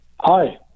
Hi